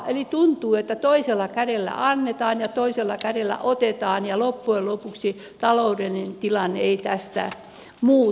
eli tuntuu että toisella kädellä annetaan ja toisella kädellä otetaan ja loppujen lopuksi taloudellinen tilanne ei tästä muutu